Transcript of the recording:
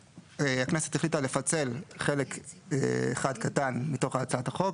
הכנסת החליטה לפצל חלק אחד קטן מתוך הצעת החוק,